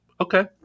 okay